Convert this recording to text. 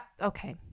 okay